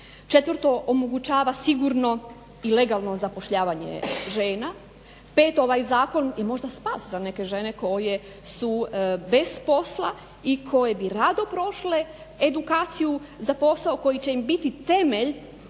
četvrto omogućava im sigurno i legalno zapošljavanje žena, peto ovaj zakon je možda spas za neke žene koje su bez posla i koje bi rado prošle edukaciju za posao koji će im biti temelj